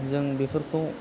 जों बेफोरखौ